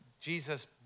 Jesus